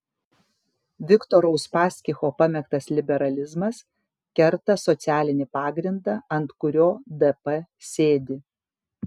viktoro uspaskicho pamėgtas liberalizmas kerta socialinį pagrindą ant kurio dp sėdi